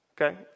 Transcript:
Okay